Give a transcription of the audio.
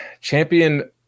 champion